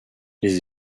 les